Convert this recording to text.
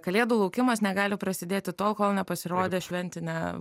kalėdų laukimas negali prasidėti tol kol nepasirodė šventinė